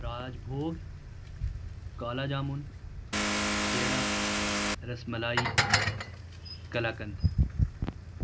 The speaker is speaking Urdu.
راج بھوگ کالا جامن پیڑا رس ملائی کلاکتھ